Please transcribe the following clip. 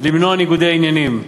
למנוע ניגודי עניינים,